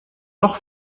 noch